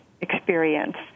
experience